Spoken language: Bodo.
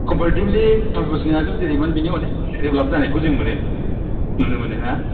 कफ्यारिटिबलि फास बोसोरनि आगोल जेरैमोन बेनि अनेख देभेलभ जानायखौ जों मोनो नुनो मोनो ना